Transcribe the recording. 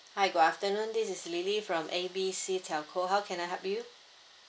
hi good afternoon this is lily from A B C telco how can I help you